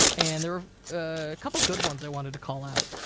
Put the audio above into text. and there were a couple goods ones i wanted to call out.